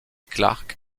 clarke